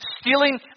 stealing